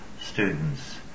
students